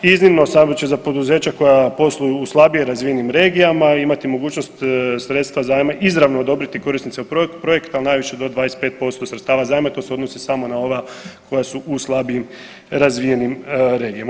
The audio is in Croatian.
Iznimno samo za poduzeća koja posluju u slabije razvijenim regijama imati mogućnost sredstva zajma izravno odobriti korisnicima projekta, ali najviše do 25% sredstava zajma, to se odnosi samo na ova koja su u slabije razvijenim regijama.